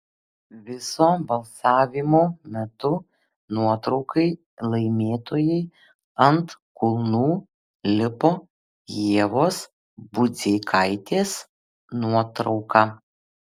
viso balsavimo metu nuotraukai laimėtojai ant kulnų lipo ievos budzeikaitės nuotrauka